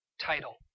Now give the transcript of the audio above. title